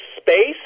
space